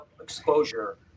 exposure